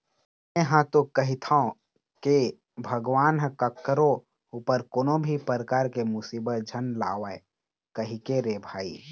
में हा तो कहिथव के भगवान ह कखरो ऊपर कोनो भी परकार के मुसीबत झन लावय कहिके रे भई